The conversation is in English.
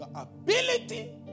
ability